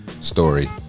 story